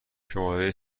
شماره